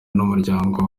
n’umuryango